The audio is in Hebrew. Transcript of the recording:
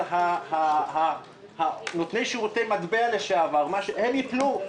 אבל נותני שירותי מטבע לשעבר יפלו.